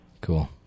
Cool